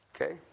Okay